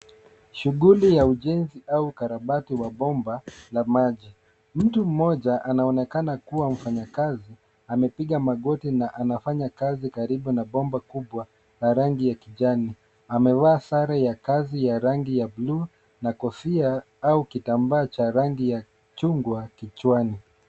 Shughuli ya ujenzi au ukarabati wa bomba la maji. Mtu mmoja anaonekana kuwa mfanyakazi amepiga magoti na anafanya kazi karibu na bomba kubwa la rangi ya kijani. Amevaa sare ya kazi ya rangi ya bluu na kofia au kitambaa cha rangi ya chungwa kichwani.